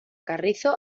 carrizo